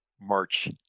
March